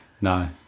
No